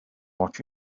watch